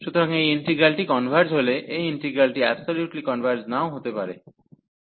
সুতরাং এই ইন্টিগ্রালটি কনভার্জ হলে এই ইন্টিগ্রালটি অ্যাবসোলিউটলি কনভার্জ নাও হতে পারে না